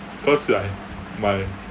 cause like in my